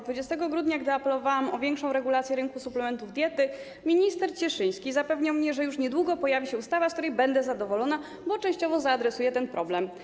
20 grudnia, kiedy apelowałam o większą regulację rynku suplementów diety, minister Cieszyński zapewniał mnie, że już niedługo pojawi się ustawa, z której będę zadowolona, bo częściowo zaadresuje ten problem.